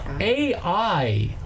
AI